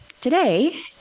today